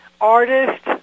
artist